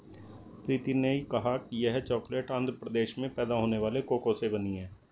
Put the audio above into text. प्रीति ने कहा यह चॉकलेट आंध्र प्रदेश में पैदा होने वाले कोको से बनी है